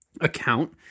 account